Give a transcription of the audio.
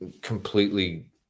completely